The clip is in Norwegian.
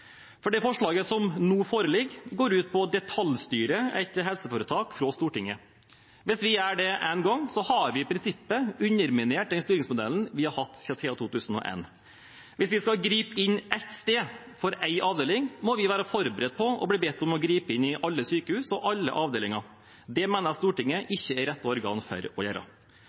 dette. Det forslaget som nå foreligger, går ut på å detaljstyre et helseforetak fra Stortinget. Hvis vi gjør det én gang, har vi i prinsippet underminert den styringsmodellen vi har hatt siden 2001. Hvis vi skal gripe inn ett sted for én avdeling, må vi være forberedt på å bli bedt om å gripe inn i alle sykehus og alle avdelinger. Det mener jeg Stortinget ikke er det rette organet for å gjøre.